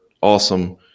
awesome